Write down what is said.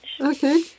Okay